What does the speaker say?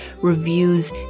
reviews